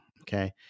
okay